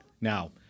Now